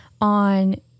on